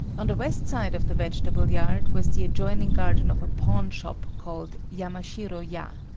on the west side of the vegetable yard was the adjoining garden of a pawn shop called yamashiro-ya.